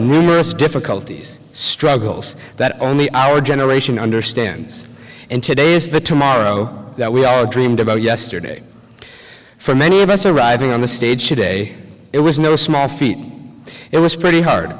numerous difficulties struggles that only our generation understands and today is the tomorrow that we all dreamed about yesterday for many of us arriving on the stage today it was no small feat it was pretty hard